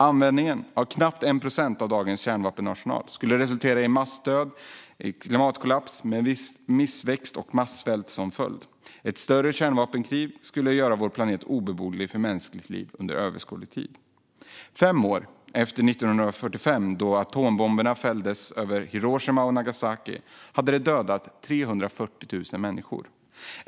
Användningen av en knapp procent av dagens kärnvapenarsenal skulle resultera i massdöd och klimatkollaps med missväxt och massvält som följd. Ett större kärnvapenkrig skulle göra vår planet obeboelig för mänskligt liv under överskådlig tid. Fem år efter 1945 då atombomberna fällts över Hiroshima och Nagasaki hade de dödat 340 000 människor.